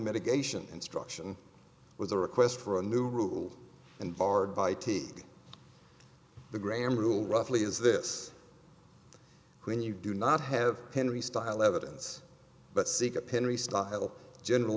medication instruction was a request for a new rule and barred by t the graham rule roughly is this when you do not have henry style evidence but seek a pin restyle general